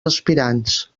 aspirants